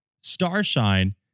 Starshine